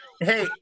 Hey